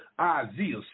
Isaiah